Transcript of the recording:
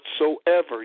whatsoever